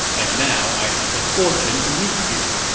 and now i have the fortune to meet you.